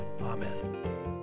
Amen